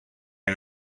and